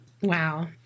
Wow